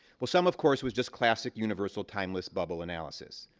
well some, of course, was just classic, universal, timeless bubble-analysis.